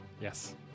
Yes